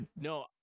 No